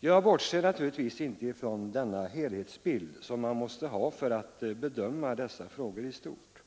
Jag bortser naturligtvis inte från denna helhetsbild, som man måste ha för att bedöma dessa frågor i stort.